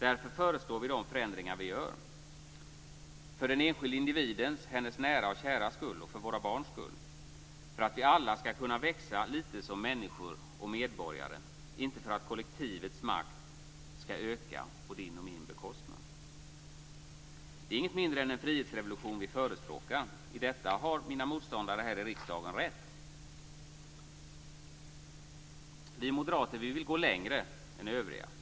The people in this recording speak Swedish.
Därför föreslår vi de förändringar vi gör - för den enskilde individens och hennes näras och käras skull, för våra barns skull, för att vi alla ska kunna växa lite som människor och medborgare, inte för att kollektivets makt ska öka på din och min bekostnad. Det är inget mindre än en frihetsrevolution vi förespråkar; i detta har mina motståndare här i riksdagen rätt. Vi moderater vill gå längre än övriga.